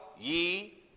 ye